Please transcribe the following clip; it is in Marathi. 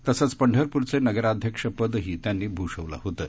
तसंच पढंरपुरचे नगराध्यक्ष पदही त्यांनी भुषवल होतं